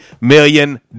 million